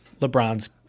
LeBron's